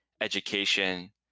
education